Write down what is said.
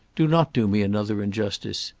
do not do me another injustice.